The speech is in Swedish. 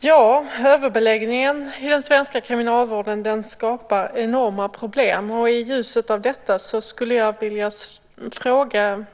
Fru talman! Överbeläggningen i den svenska kriminalvården skapar enorma problem. I ljuset av detta skulle jag vilja fråga